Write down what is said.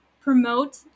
promote